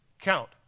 count